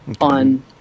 on